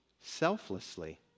selflessly